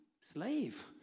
slave